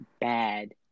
bad